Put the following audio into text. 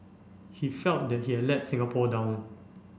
he felt that he had let Singapore down